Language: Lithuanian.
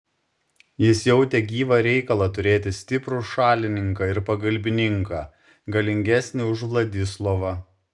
jis jautė gyvą reikalą turėti stiprų šalininką ir pagalbininką galingesnį už vladislovą